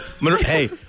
Hey